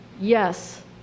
Yes